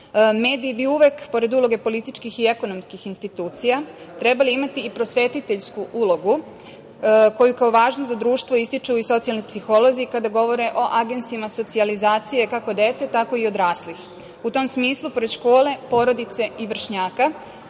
mediji bi uvek, pored uloge političkih i ekonomskih institucija, trebali imati prosvetiteljsku ulogu koju, kao važnu za društvo, ističu i socijalni psiholozi kada govore o agensima socijalizacije kako dece, tako i odraslih. U tom smislu, pored škole, porodice i vršnjaka